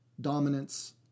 dominance